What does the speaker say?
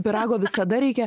pyrago visada reikia